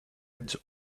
edge